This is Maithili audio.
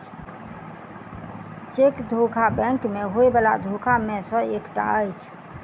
चेक धोखा बैंक मे होयबला धोखा मे सॅ एकटा अछि